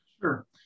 Sure